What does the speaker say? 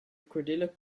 cordillera